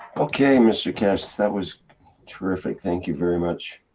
okay mr keshe, that was terrific, thank you very much.